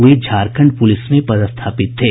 वे Jharkhand police में पदस्थपित थे